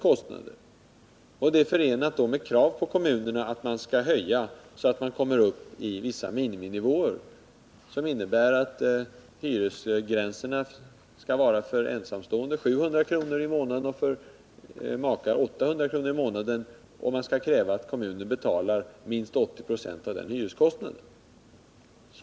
Detta är då förenat med krav på kommunerna att öka stödet till pensionärerna så att man kommer upp till vissa miniminivåer. Hyresgränserna skall vara för ensamstående 700 kr. i månaden och för makar 800 kr. i månaden. Det krävs att kommunerna betalar minst 80 96 av den hyreskostnaden.